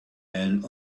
and